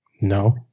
No